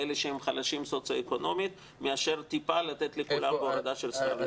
לאלה שהם חלשים סוציואקונומית מאשר טיפה לתת לכולם הורדה של שכר לימוד.